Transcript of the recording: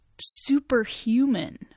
superhuman